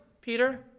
Peter